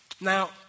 Now